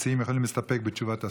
אחת, המציעים יכולים להסתפק בתשובת השר.